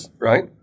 right